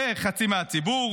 וחצי מהציבור